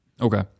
okay